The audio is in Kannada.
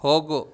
ಹೋಗು